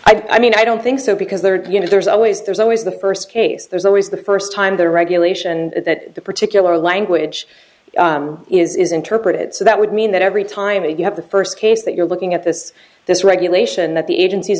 fact i mean i don't think so because they're going to there's always there's always the first case there's always the first time the regulation and that particular language is interpreted so that would mean that every time that you have the first case that you're looking at this this regulation that the agencies